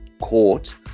court